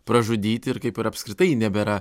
pražudyti ir kaip ir apskritai nebėra